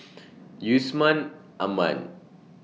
Yusman Aman